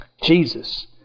Jesus